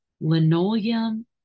linoleum